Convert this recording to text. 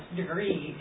degree